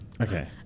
Okay